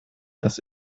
das